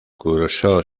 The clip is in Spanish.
cursó